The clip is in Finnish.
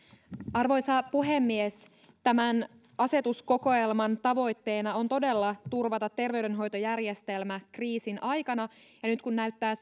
arvoisa puhemies tämän asetuskokoelman tavoitteena on todella turvata terveydenhoitojärjestelmä kriisin aikana ja nyt kun näyttää